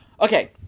okay